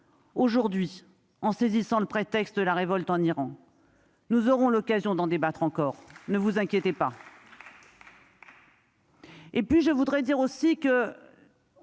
aujourd'hui en saisissant le prétexte de la révolte en Iran, nous aurons l'occasion d'en débattre encore, ne vous inquiétez pas.